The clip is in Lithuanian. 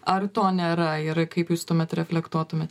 ar to nėra ir kaip jūs tuomet reflektuotumėt